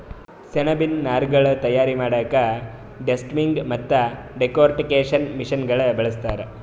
ಸೆಣಬಿನ್ ನಾರ್ಗೊಳ್ ತಯಾರ್ ಮಾಡಕ್ಕಾ ಡೆಸ್ಟಮ್ಮಿಂಗ್ ಮತ್ತ್ ಡೆಕೊರ್ಟಿಕೇಷನ್ ಮಷಿನಗೋಳ್ ಬಳಸ್ತಾರ್